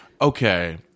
Okay